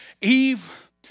Eve